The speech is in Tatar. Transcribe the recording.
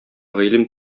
гыйлем